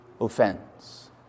offense